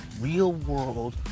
real-world